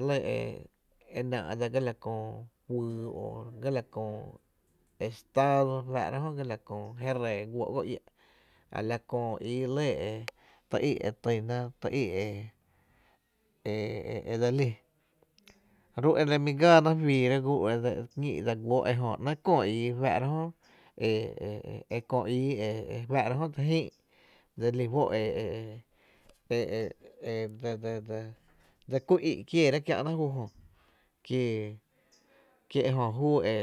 ñóo e e ‘nⱥ’ dsa ga la köö juyy o ga la köö estado re fáá’ra jö ga la köö je ree guóó’ go iä’ a la köö íi lɇ tý í’ e tyna e tý í’ e dse lí ru’ e re mi gáá na juiira e dse ñí’ dsa guóó’ ejö ‘nɇɇ’ köö ii re fáá’ra jö e e köö ii e fáá’ra jö e köö i re fáá’ra jö e dse lí juó’ e e dse dse kú’n í’ kiéérá’ kiä’náá’ júu jö kie, kie júu jö